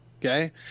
Okay